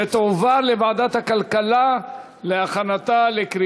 התשע"ו 2016, לוועדת הכלכלה נתקבלה.